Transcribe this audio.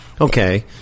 okay